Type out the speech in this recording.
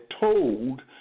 told